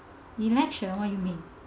in actual what do you mean